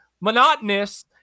monotonous